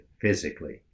physically